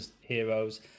heroes